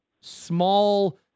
small